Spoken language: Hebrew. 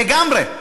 לגמרי.